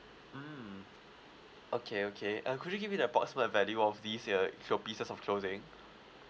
mm okay okay uh could you give me the approximate value of these your your pieces of clothing